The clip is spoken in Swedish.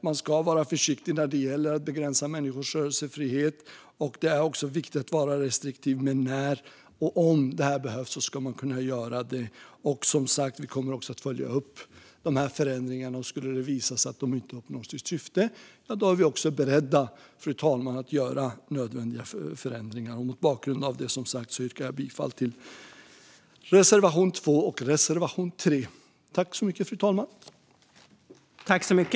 Man ska vara försiktig när det gäller att begränsa människors rörelsefrihet. Det är också viktigt att vara restriktiv, men när - och om - detta behövs ska man kunna göra det. Vi kommer, som sagt, att följa upp de här förändringarna. Skulle det visa sig att de inte uppnår sitt syfte, fru talman, är vi beredda att göra nödvändiga förändringar. Mot bakgrund av detta yrkar jag bifall till reservation 2 och reservation 3.